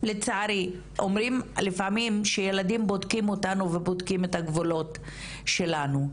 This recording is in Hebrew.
לצערי אומרים לפעמים שילדים בודקים אותנו ובודקים את הגבולות שלנו,